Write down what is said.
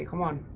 one